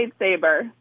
lightsaber